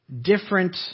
different